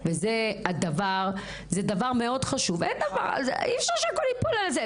זה דבר מאוד חשוב, אי אפשר שהכל ייפול עליה.